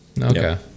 Okay